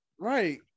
Right